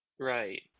Right